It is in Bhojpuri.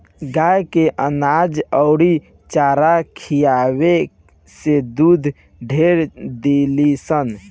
गाय के अनाज अउरी चारा खियावे से दूध ढेर देलीसन